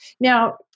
Now